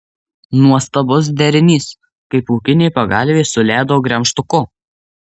nuostabus derinys kaip pūkinė pagalvė su ledo gremžtuku